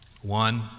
One